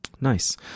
Nice